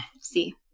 see